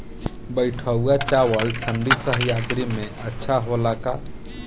बैठुआ चावल ठंडी सह्याद्री में अच्छा होला का?